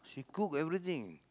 she cook everything